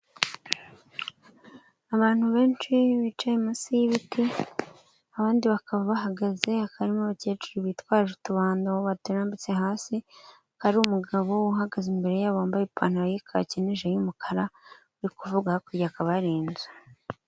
Abantu benshi bicaye munsi y'ibiti abandi bakaba bahagaze hakaba harimo abakecuru bitwaje utubando baturambitse hasi, hakaba hari umugabo uhagaze imbere yabo wambaye ipantaro y'ikake n'ijire y'umukara uri kuvuga, hakurya hakaba hari inzu.